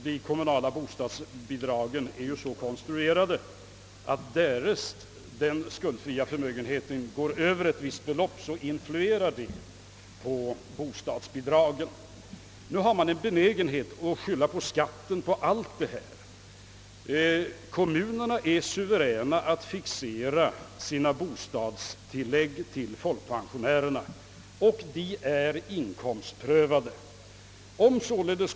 De kommunala bostadsbidragen är så konstruerade att därest den skuldfria förmögenheten går över ett visst belopp influerar detta på bostadsbidragen. Nu har man en benägenhet att skylla allt på skatten. Kommunerna är suveräna i fråga om att fixera bostadstilläggen till folkpensionärerna, och dessa tillägg är inkomstprövade.